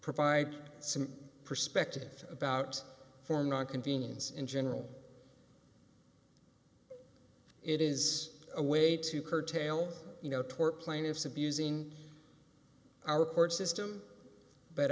provide some perspective about form not convenience in general it is a way to curtail you know tort plaintiffs abusing our court system but